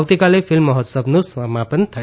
આવતીકાલે ફીલ્મ મહોત્સવનું સમાપન થશે